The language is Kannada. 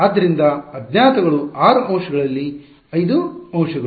ಆದ್ದರಿಂದ ಅಜ್ಞಾತಗಳು 6 ಅಂಶಗಳಲ್ಲಿ 5 ಅಂಶಗಳು